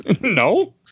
No